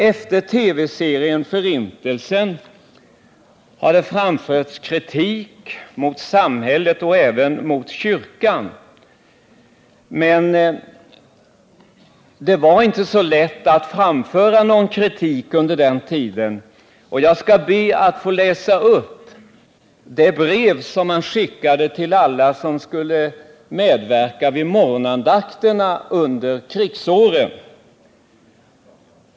Efter TV-serien Förintelsen har det framförts kritik mot samhället och även mot kyrkan, men det var inte så lätt att framföra någon kritik under den tiden. Jag skall be att få läsa upp det brev som skickades till alla som skulle medverka i morgonandakterna under krigsåren.